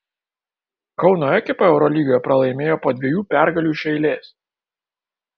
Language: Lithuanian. kauno ekipa eurolygoje pralaimėjo po dviejų pergalių iš eilės